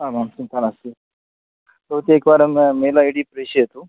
आमाम् चिन्ता नास्ति भवती एकवारं मेल् ऐडि प्रेषयतु